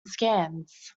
scans